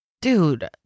Dude